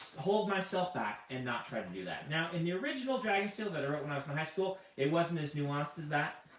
hold myself back and not try to do that? now, in the original dragonsteel that i wrote when i was in high school it wasn't as nuanced as that.